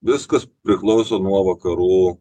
viskas priklauso nuo vakarų